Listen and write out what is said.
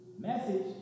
message